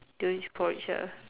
Teochew porridge ah